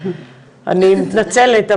אני מתנצלת,